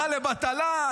ברכה לבטלה,